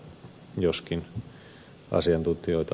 arvoisa puhemies